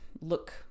look